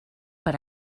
per